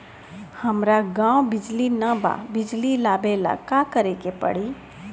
हमरा गॉव बिजली न बा बिजली लाबे ला का करे के पड़ी?